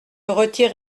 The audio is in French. retire